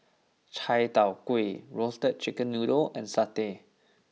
Chai Tow Kway Roasted Chicken Noodle and Satay